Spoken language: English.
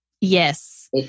Yes